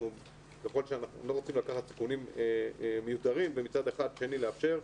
אנחנו לא רוצים לקחת סיכונים מיותרים ומצד שני לאפשר.